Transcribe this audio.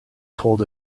told